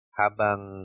habang